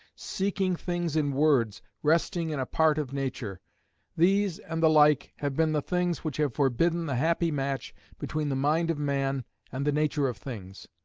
seeking things in words, resting in a part of nature these and the like have been the things which have forbidden the happy match between the mind of man and the nature of things,